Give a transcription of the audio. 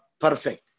perfect